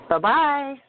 Bye-bye